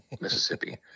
Mississippi